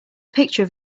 picture